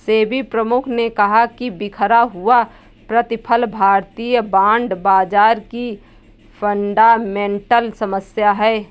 सेबी प्रमुख ने कहा कि बिखरा हुआ प्रतिफल भारतीय बॉन्ड बाजार की फंडामेंटल समस्या है